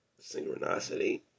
synchronicity